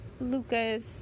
Lucas